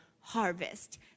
harvest